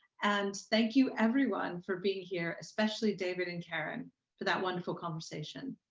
and thank you everyone for being here, especially david and karen for that wonderful conversation.